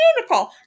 Nicole